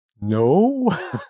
no